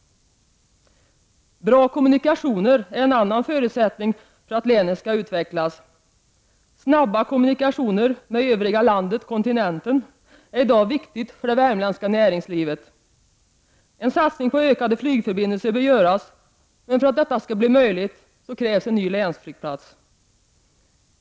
Bra kommunikationer är en annan förutsättning för att länet skall utvecklas. Snabba kommunikationer med övriga landet och med kontinenten är i dag viktiga för det värmländska näringslivet. En satsning på ökade flygförbindelser bör göras, men för att detta skall bli möjligt krävs en ny länsflygplats.